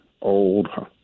old